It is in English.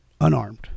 unarmed